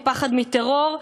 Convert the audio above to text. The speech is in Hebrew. פחד מטרור,